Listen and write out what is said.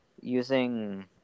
using